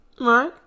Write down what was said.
Right